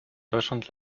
deutschland